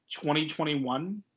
2021